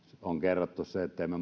on kerrottu se että emme me